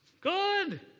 Good